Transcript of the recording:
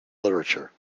literature